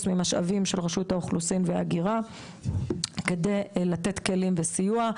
מהמשאבים של רשות האוכלוסין וההגירה כדי לתת כלים וסיוע.